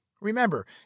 Remember